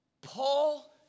Paul